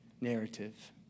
narrative